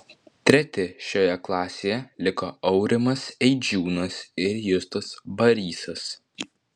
treti šioje klasėje liko aurimas eidžiūnas ir justas barysas